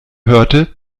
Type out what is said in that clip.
hörte